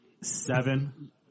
seven